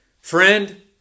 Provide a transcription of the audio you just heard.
Friend